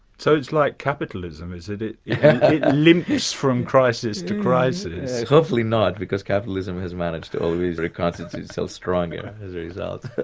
so it's like capitalism, is it? it limps from crisis to crisis? hopefully not, because capitalism has managed to always reconstitute itself stronger as a result.